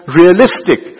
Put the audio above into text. realistic